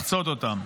לחצות אותם.